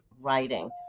writing